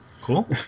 Cool